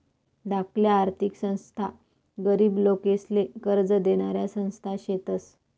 धाकल्या आर्थिक संस्था गरीब लोकेसले कर्ज देनाऱ्या संस्था शेतस